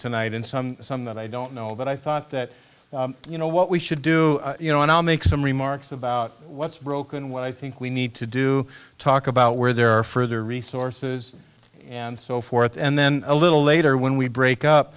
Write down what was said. tonight in some some that i don't know but i thought that you know what we should do you know and i'll make some remarks about what's broken what i think we need to do talk about where there are further resources and so forth and then a little later when we break up